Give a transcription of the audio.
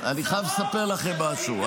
אני חייב לספר לכם משהו.